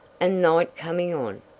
and night coming on.